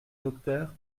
docteur